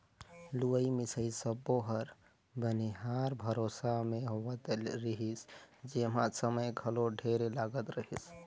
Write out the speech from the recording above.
लुवई मिंसई सब्बो हर बनिहार भरोसा मे होवत रिहिस जेम्हा समय घलो ढेरे लागत रहीस